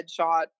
headshot